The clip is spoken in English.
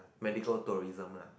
medical tourism lah